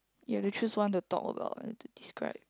you have to choose one to talk about it to describe